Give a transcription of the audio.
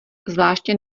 zvláště